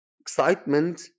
excitement